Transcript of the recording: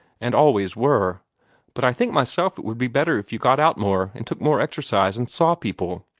and always were but i think myself it would be better if you got out more, and took more exercise, and saw people.